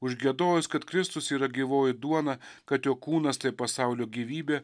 užgiedojus kad kristus yra gyvoji duona kad jo kūnas tai pasaulio gyvybė